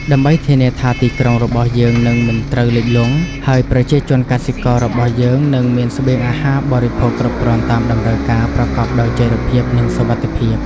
ដើម្បីធានាថាទីក្រុងរបស់យើងនឹងមិនត្រូវលិចលង់ ហើយប្រជាជនកសិកររបស់យើងនឹងមានស្បៀងអាហារបរិភោគគ្រប់គ្រាន់តាមតម្រូវការប្រកបដោយចីរភាព និងសុវត្ថិភាព។